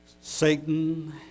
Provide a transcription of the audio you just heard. Satan